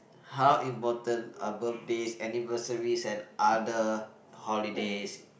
how important are birthday anniversaries and other holidays